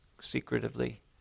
secretively